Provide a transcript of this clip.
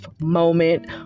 moment